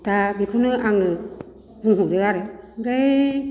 दा बेखौनो आङो बुंहरो आरो ओमफ्राय